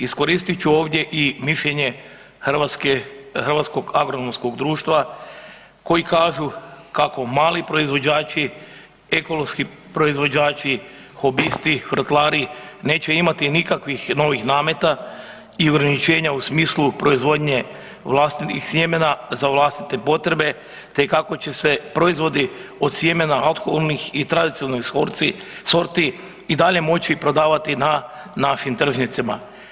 Iskoristit ću ovdje i mišljenje Hrvatskog agronomskog društva koji kažu kako mali proizvođači, ekološki proizvođači, hobisti, vrtlari neće imati nikakvih novih nameta i ograničenja u smislu proizvodnje vlastitih sjemena za vlastite potrebe te kako će se proizvodi od sjemena autohtonih i tradicionalnih sorti i dalje moći prodavati na našim tržnicama.